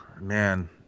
man